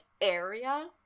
area